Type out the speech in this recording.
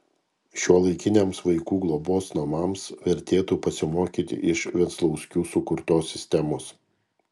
šiuolaikiniams vaikų globos namams vertėtų pasimokyti iš venclauskių sukurtos sistemos